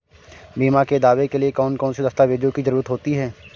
बीमा के दावे के लिए कौन कौन सी दस्तावेजों की जरूरत होती है?